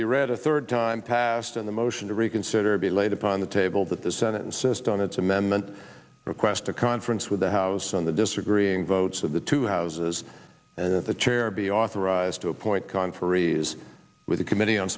be read a third time passed and the motion to reconsider be laid upon the table that the senate insist on its amendment request a conference with the house on the disagreeing votes of the two houses and that the chair be authorized to appoint conferees with a committee on